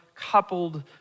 coupled